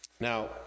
Now